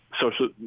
social